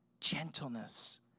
gentleness